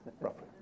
roughly